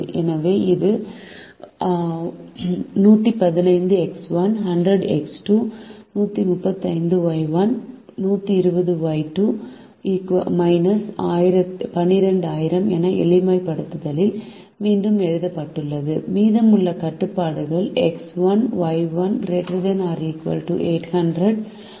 எனவே இது 115X1 100X2 135Y1 120Y2 12000 என எளிமைப்படுத்தலில் மீண்டும் எழுதப்பட்டுள்ளது மீதமுள்ள கட்டுப்பாடுகள் எக்ஸ் 1 ஒய் 1 ≥ 800 X1Y1 ≥ 800 ஆகும்